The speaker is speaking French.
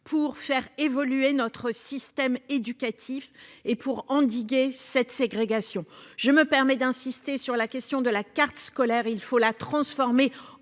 pour faire évoluer notre système éducatif et pour endiguer cette ségrégation, je me permets d'insister sur la question de la carte scolaire, il faut la transformer